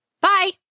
Bye